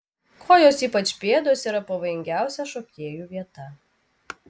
kojos ypač pėdos yra pavojingiausia šokėjų vieta